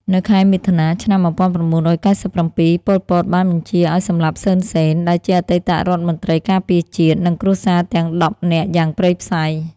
នៅខែមិថុនា ឆ្នាំ១៩៩៧ ប៉ុល ពត បានបញ្ជាឱ្យសម្លាប់ សឺន សេន ដែលជាអតីតរដ្ឋមន្ត្រីការពារជាតិ និងគ្រួសារទាំងដប់នាក់យ៉ាងព្រៃផ្សៃ។